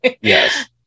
Yes